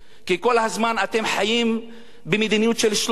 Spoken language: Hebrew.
כי כל הזמן אתם חיים במדיניות של "שלוף".